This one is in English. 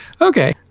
Okay